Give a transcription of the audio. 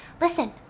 Listen